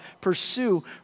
Pursue